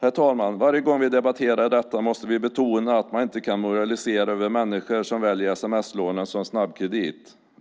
Herr talman! Varje gång vi debatterar detta måste vi betona att man inte kan moralisera över människor som väljer sms-lånen som en snabbkredit.